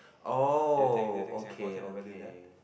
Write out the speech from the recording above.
oh okay okay